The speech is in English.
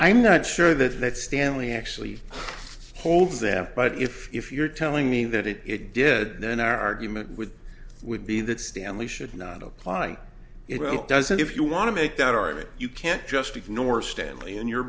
i'm not sure that that stanley actually holds them but if if you're telling me that it it did then argument with would be that stanley should not apply it doesn't if you want to make that argument you can't just ignore stanley and your